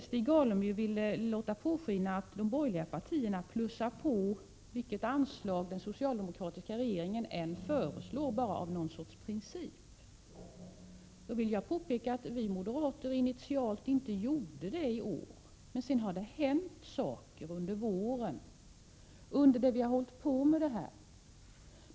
Stig Alemyr ville låta påskina att de borgerliga partierna plussar på varje anslag som den socialdemokratiska regeringen föreslår bara på grund av någon sorts princip. Då vill jag påpeka att vi moderater initialt inte gjorde det, men sedan har det hänt saker under våren, under det att vi har behandlat det här ärendet.